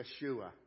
Yeshua